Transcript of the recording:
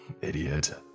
Idiot